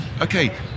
okay